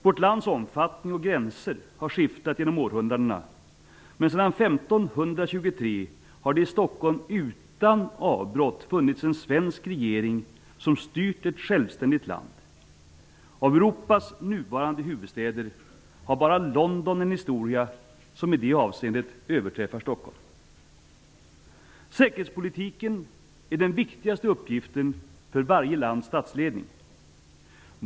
Vårt lands omfattning och gränser har skiftat genom århundradena, men sedan 1523 har det i Stockholm utan avbrott funnits en svensk regering som styrt ett självständigt land. Av Europas nuvarande huvudstäder har bara London en historia som i det avseendet överträffar Stockholm. Säkerhetspolitiken är den viktigaste uppgiften för varje lands statsledning.